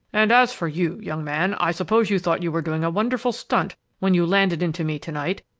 and as for you, young man, i suppose you thought you were doing a wonderful stunt when you landed into me to-night,